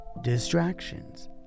distractions